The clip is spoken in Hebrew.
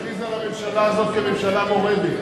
צריך להכריז על הממשלה הזאת כממשלה מורדת,